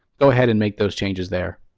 go ahead and make those changes there.